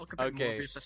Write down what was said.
okay